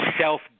self